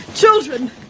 children